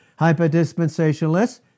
Hyperdispensationalists